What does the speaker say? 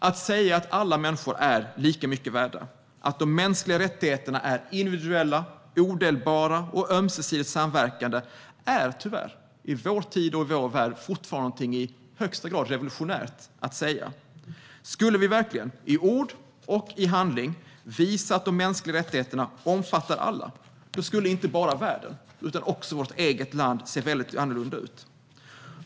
Att säga att alla människor är lika mycket värda, att de mänskliga rättigheterna är individuella, odelbara och ömsesidigt samverkande är, tyvärr, i vår tid och vår värld, fortfarande i högsta grad revolutionärt. Skulle vi verkligen, i ord och handling, visa att de mänskliga rättigheterna omfattar alla skulle inte bara världen, utan också vårt eget land, se väldigt annorlunda ut.